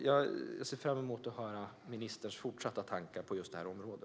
Jag ser fram emot att få höra ministerns tankar på detta område.